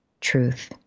truth